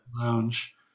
Lounge